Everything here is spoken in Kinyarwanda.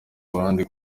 abandi